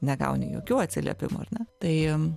negauni jokių atsiliepimų ar ne tai